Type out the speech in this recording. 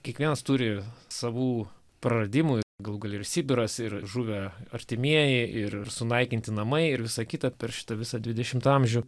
kiekvienas turi savų praradimų galų gale ir sibiras ir žuvę artimieji ir sunaikinti namai ir visa kita per šitą visą dvidešimtą amžių